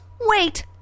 Wait